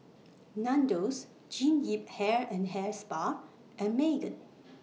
Nandos Jean Yip Hair and Hair Spa and Megan